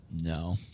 No